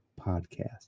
podcast